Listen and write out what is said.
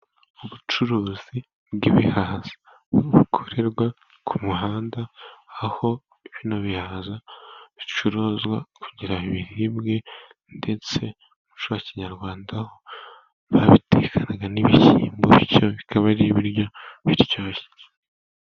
Ubucuruzi bw'ibihaza bukorerwa ku muhanda aho bino bihaza bicuruzwa kugira ngo biribwe, ndetse mu muco wa kinyarwanda babitekanaga n'ibishyimbo, bityo bikaba ari ibiryo biryoshye.